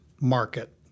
market